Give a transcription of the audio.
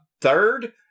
third